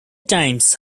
times